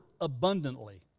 abundantly